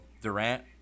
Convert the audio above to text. Durant